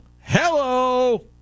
hello